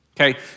Okay